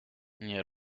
nie